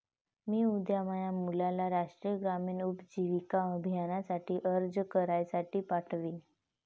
मी उद्या माझ्या मुलाला राष्ट्रीय ग्रामीण उपजीविका अभियानासाठी अर्ज करण्यासाठी पाठवीन